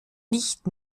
nicht